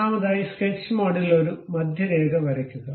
ഒന്നാമതായി സ്കെച്ച് മോഡിൽ ഒരു മധ്യരേഖ വരയ്ക്കുക